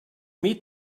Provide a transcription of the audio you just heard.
meet